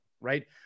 Right